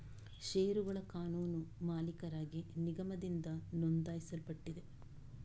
ಷೇರುಗಳ ಕಾನೂನು ಮಾಲೀಕರಾಗಿ ನಿಗಮದಿಂದ ನೋಂದಾಯಿಸಲ್ಪಟ್ಟಿದೆ